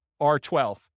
R12